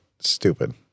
stupid